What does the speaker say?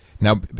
Now